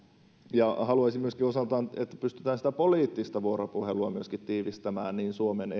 haluaisin myöskin että pystytään sitä poliittista vuoropuhelua myöskin tiivistämään niin suomen